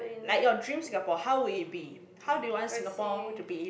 like your dream Singapore how would it be how do you want Singapore to be